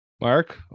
Mark